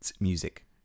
music